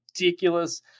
ridiculous